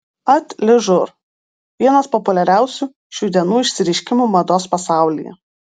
atližur vienas populiariausių šių dienų išsireiškimų mados pasaulyje